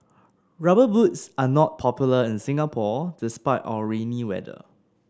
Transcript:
rubber boots are not popular in Singapore despite our rainy weather